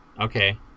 okay